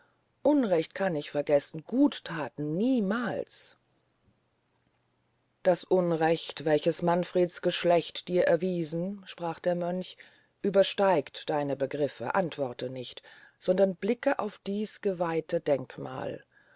unrecht kann ich vergessen gutthaten niemals das unrecht welches manfreds geschlecht dir erwiesen sprach der mönch übersteigt deine begriffe antworte nicht sondern blick auf dies geweihte denkmal